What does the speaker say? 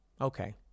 okay